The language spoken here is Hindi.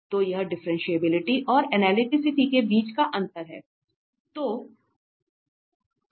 तो यह डिफ्रेंटिएबिलिटीऔर अनलिटीसीटी के बीच का अंतर है